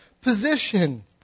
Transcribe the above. position